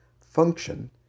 function